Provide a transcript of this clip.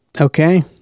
Okay